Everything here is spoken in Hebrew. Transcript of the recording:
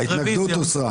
ההסתייגות הוסרה.